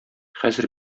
хәзер